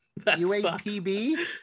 UAPB